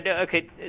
Okay